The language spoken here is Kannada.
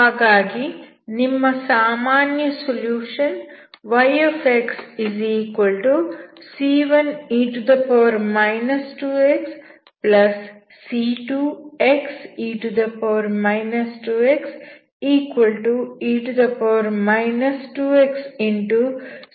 ಹಾಗಾಗಿ ನಿಮ್ಮ ಸಾಮಾನ್ಯ solution yxc1e 2xc2xe 2xe 2xc1xc2 ಆಗಿದೆ